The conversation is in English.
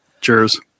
Cheers